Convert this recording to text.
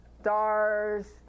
stars